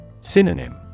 Synonym